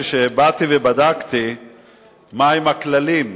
כשבאתי ובדקתי מהם הכללים,